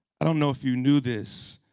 i don't know if you knew this,